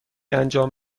انجام